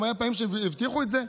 גם היו פעמים שהם הבטיחו את זה.